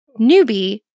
NEWBIE